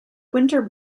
winter